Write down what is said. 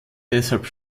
deshalb